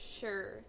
sure